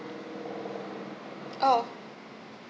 oh